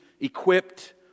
equipped